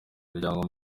miryango